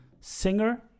singer